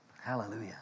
Hallelujah